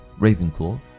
Ravenclaw